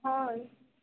ହଁ